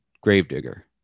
Gravedigger